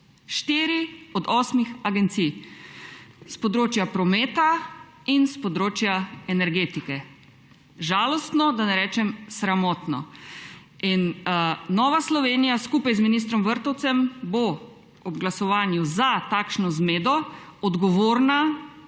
Štiri od osmih agencij; s področja prometa in s področja energetike. Žalostno, da ne rečem sramotno. In Nova Slovenija skupaj z ministrom Vrtovcem bo ob glasovanju za takšno zmedo odgovorna